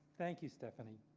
thank you, stephanie.